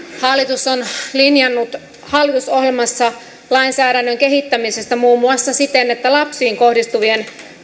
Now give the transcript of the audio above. hallitus on linjannut hallitusohjelmassa lainsäädännön kehittämisestä muun muassa siten että lapsiin kohdistuvien